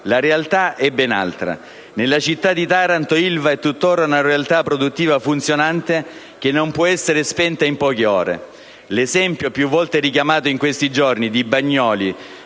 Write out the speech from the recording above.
La realtà è ben altra: nella città di Taranto Ilva è tuttora una realtà produttiva funzionante, che non può essere spenta in poche ore. L'esempio, più volte richiamato in questi giorni, di Bagnoli,